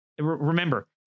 remember